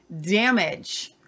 damage